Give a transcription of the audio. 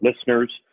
listeners